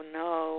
no